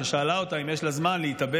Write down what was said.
כששאלה אותה אם יש לה זמן להתאבל,